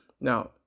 Now